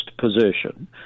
position